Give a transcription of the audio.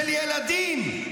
של ילדים,